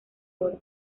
oro